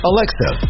Alexa